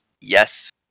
yes